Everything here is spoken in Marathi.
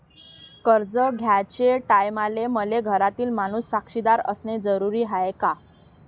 कर्ज घ्याचे टायमाले मले घरातील माणूस साक्षीदार असणे जरुरी हाय का?